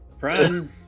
run